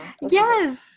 Yes